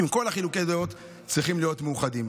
עם כל חילוקי הדעות, צריכים להיות מאוחדים.